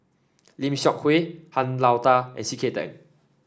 Lim Seok Hui Han Lao Da and C K Tang